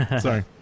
Sorry